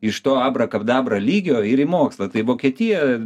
iš to abrakadabra lygio ir į mokslą tai vokietija